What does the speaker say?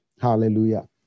Hallelujah